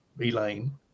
Elaine